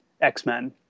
x-men